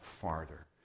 farther